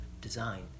design